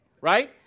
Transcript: right